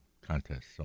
contest